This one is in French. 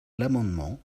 l’amendement